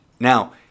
Now